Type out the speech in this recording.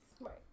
Right